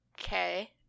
Okay